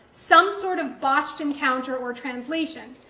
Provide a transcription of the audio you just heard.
some sort of botched encounter or translation.